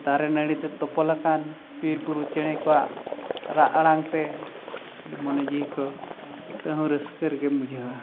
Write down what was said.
ᱫᱟᱨᱮ ᱱᱟᱹᱲᱤᱛᱮ ᱛᱚᱯᱚᱞ ᱟᱠᱟᱱ ᱵᱤᱨ ᱵᱩᱨᱩ ᱪᱮᱬᱮ ᱠᱚᱣᱟᱜ ᱨᱟᱜ ᱟᱲᱟᱝᱛᱮ ᱢᱚᱱᱮ ᱡᱤᱣᱤ ᱠᱚ ᱛᱮᱦᱚᱸ ᱨᱟᱹᱥᱠᱟᱹ ᱨᱮᱜᱮᱢ ᱵᱩᱡᱷᱟᱹᱣᱟ